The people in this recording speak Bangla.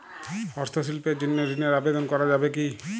হস্তশিল্পের জন্য ঋনের আবেদন করা যাবে কি?